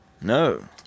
No